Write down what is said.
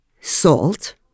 Salt